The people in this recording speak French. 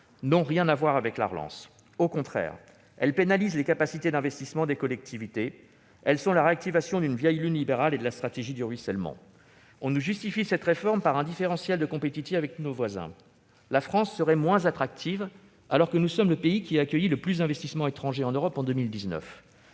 n'ont rien à voir avec la relance. Au contraire : elles pénalisent les capacités d'investissement des collectivités. Elles sont la réactivation d'une vieille lune libérale et de la stratégie du ruissellement. On nous justifie cette réforme par un différentiel de compétitivité avec nos voisins. La France serait « moins attractive », alors que nous sommes le pays qui a accueilli le plus d'investissements étrangers en Europe en 2019.